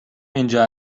اینجا